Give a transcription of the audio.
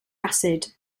acid